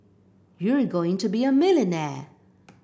you're going to be a millionaire